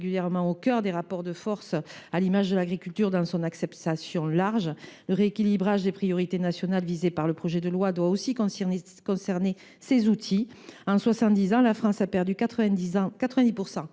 régulièrement au cœur des rapports de force, à l’image de l’agriculture dans son acception large. Le rééquilibrage des priorités nationales visées par le projet de loi doit aussi concerner ces outils. En soixante dix ans, la France a perdu 90